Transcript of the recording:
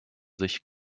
sich